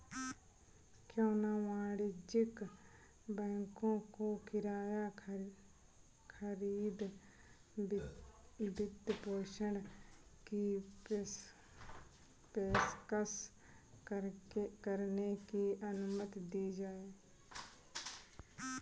क्यों न वाणिज्यिक बैंकों को किराया खरीद वित्तपोषण की पेशकश करने की अनुमति दी जाए